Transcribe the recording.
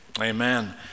Amen